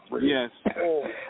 Yes